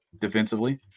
defensively